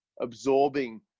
absorbing